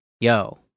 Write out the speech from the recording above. yo